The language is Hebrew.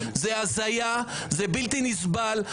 זאת הזיה, זה בלתי נסבל.